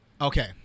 okay